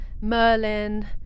merlin